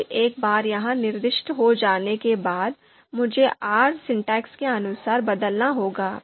अब एक बार यह निर्दिष्ट हो जाने के बाद मुझे R सिंटैक्स के अनुसार बदलना होगा